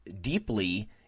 deeply